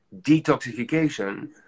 detoxification